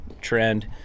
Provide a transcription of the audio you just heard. trend